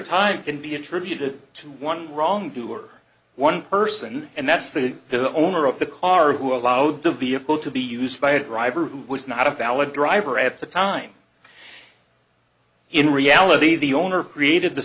time can be attributed to one wrongdoer one person and that's the the owner of the car who allowed the vehicle to be used by a driver who was not a valid driver at the time in reality the owner created the